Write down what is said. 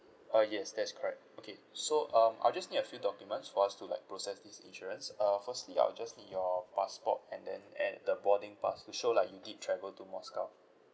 uh yes that's correct okay so um I'll just need a few documents for us to like process this insurance uh firstly I will just need your passport and then and the boarding pass to show like you did travel to moscow